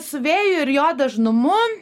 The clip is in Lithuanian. su vėju ir jo dažnumu